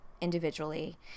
individually